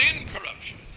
incorruption